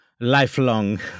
lifelong